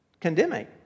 condemning